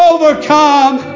Overcome